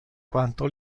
quanto